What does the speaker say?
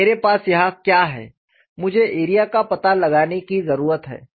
तो मेरे पास यहां क्या है मुझे एरिया का पता लगाने की जरूरत है